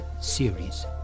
series